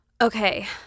okay